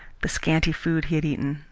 the scanty food he had eaten,